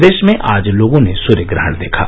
प्रदेश में आज लोगों ने सूर्यग्रहण देखा